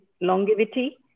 longevity